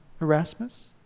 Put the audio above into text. Erasmus